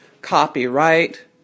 copyright